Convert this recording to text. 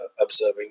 observing